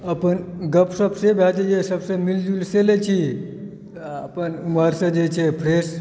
अपन गपसप से भए जाइए सबसँ मिलजुल से लए छी अपन एम्हर जे छै से फ्रेश